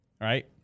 right